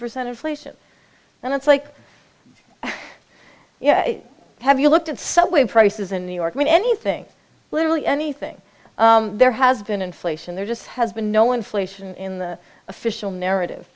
percent inflation and it's like yeah have you looked at some way prices in new york mean anything literally anything there has been inflation there just has been no inflation in the official narrative